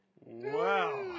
Wow